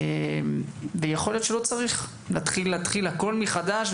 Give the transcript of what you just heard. ויכול להיות שלא צריך להתחיל הכול מחדש,